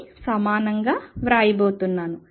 కి సమానంగా వ్రాయబోతున్నాను